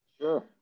Sure